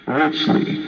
richly